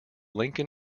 lincoln